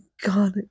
God